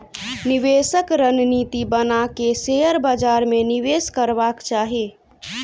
निवेशक रणनीति बना के शेयर बाजार में निवेश करबाक चाही